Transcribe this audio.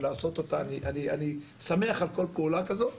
אני שמח על כל פעולה כזאת,